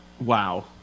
Wow